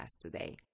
today